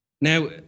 Now